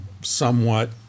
somewhat